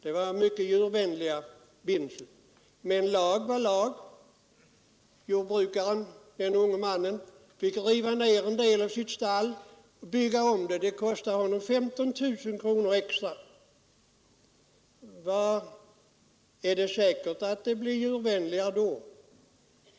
Det var mycket djurvänliga bindsel, men lag var lag. Jordbrukaren fick riva ned en del av sitt stall och bygga om det. Det kostade honom 15 000 kronor extra. Är det säkert att det blir djurvänligare då?